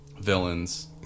villains